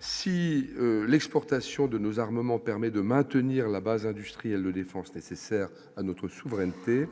Si l'exportation de nos armements permet de maintenir la base industrielle de défense nécessaire à notre souveraineté,